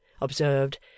observed